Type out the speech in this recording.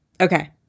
okay